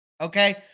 okay